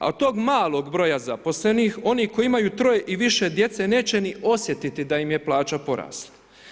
A od tog malog broja zaposlenih, oni koji imaju 3-oje i više djece neće ni osjetiti da im je plaća porasla.